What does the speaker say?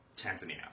Tanzania